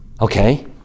Okay